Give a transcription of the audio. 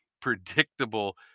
predictable